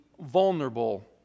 vulnerable